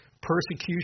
persecution